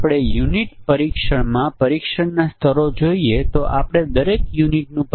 આપણે ઇનપુટ પરિમાણ p 1 p 2 થી p 40 છે અને દરેક 0 અથવા 1 છે